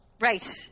Right